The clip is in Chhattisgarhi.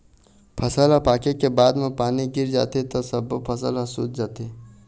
फसल ह पाके के बाद म पानी गिर जाथे त सब्बो फसल ह सूत जाथे